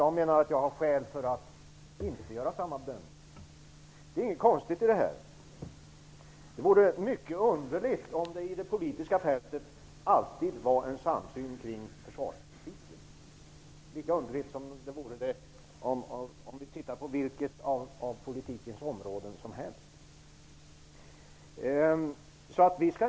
Jag menar att jag har skäl att inte göra samma bedömning. Det är inget konstigt med det här. Det vore mycket underligt om det på det politiska fältet alltid fanns en samsyn kring försvarspolitiken. Det vore lika underligt som om det fanns det på vilket annat av poltikens områden som helst.